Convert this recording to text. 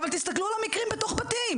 אבל תסכלו על המקרים שקורים בתוך הבתים.